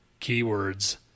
Keywords